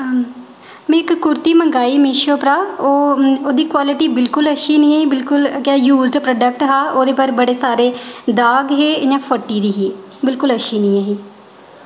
में इक्क कुर्ती मंगाई मीशो परा ओह् ओह्दी क्वालिटी बिल्कुल अच्छी नेईं ही बिल्कु्ल गै यूज़ड प्रोडेक्ट हा ओह्दे पर बड़े सारे दाग हे इं'या फट्टी दी ही बिल्कुल अच्छी नेईं ही